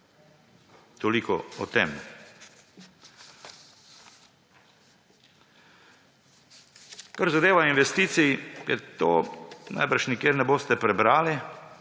Toliko o tem. Kar zadeva investicije, tega najbrž nikjer ne boste prebrali,